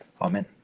amen